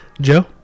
Joe